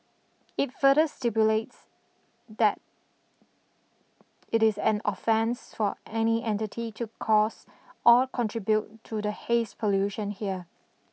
it further stipulates that it is an offence for any entity to cause or contribute to the haze pollution here